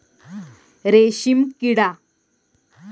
रेशीमकिडा